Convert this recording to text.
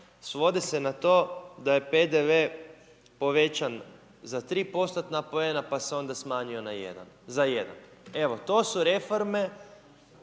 svodi se na to da je PDV povećan za 3 postotna poena, pa se onda smanjio za jedan. To su reforme,